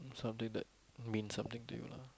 something that mean something to you lah